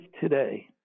today